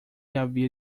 havia